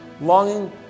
longing